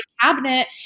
cabinet